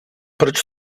proč